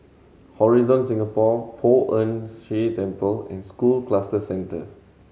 Horizon Singapore Poh Ern Shih Temple and School Cluster Centre